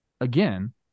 again